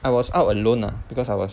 I was out alone ah because I was